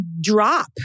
drop